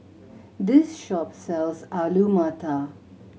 this shop sells Alu Matar